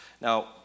Now